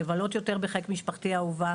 לבלות יותר בחיק משפחתי האהובה,